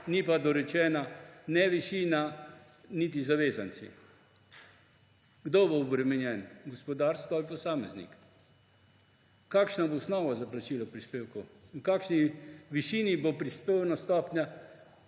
ni pa dorečena niti višina niti zavezanci. Kdo bo obremenjen – gospodarstvo ali posameznik? Kakšna bo osnova za plačilo prispevkov, v kakšni višini bo uvedena prispevna stopnja